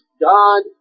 God